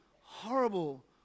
horrible